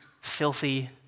filthy